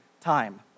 time